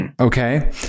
Okay